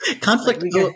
Conflict